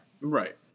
Right